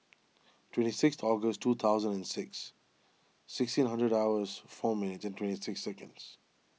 twenty six August two thousand and six sixteen hundred hours four minutes and twenty six seconds